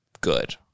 good